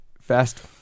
Fast